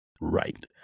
right